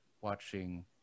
watching